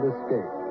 *Escape*